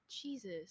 jesus